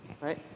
right